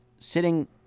sitting